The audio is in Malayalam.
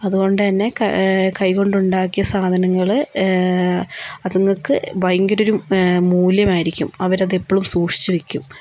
അത്കൊണ്ട് തന്നെ കൈ കൊണ്ടുണ്ടാക്കിയ സാധനങ്ങള് അതുങ്ങൾക്ക് ഭയങ്കര ഒരു മൂല്യമായിരിക്കും അവരത് എപ്പോഴും സൂക്ഷിച്ചു വയ്ക്കും